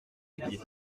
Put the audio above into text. gibier